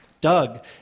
Doug